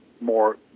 more